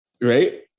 Right